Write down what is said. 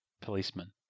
policeman